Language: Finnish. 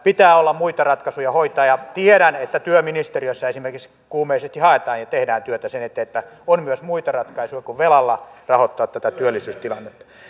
pitää olla muita ratkaisuja hoitaa ja tiedän että työministeriössä esimerkiksi kuumeisesti haetaan ja tehdään työtä sen eteen että on myös muita ratkaisuja kuin velalla rahoittaa tätä työllisyystilannetta